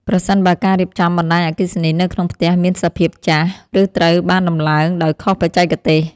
ប្រសិនបើការរៀបចំបណ្ដាញអគ្គិសនីនៅក្នុងផ្ទះមានសភាពចាស់ ឬត្រូវបានតម្លើងដោយខុសបច្ចេកទេស។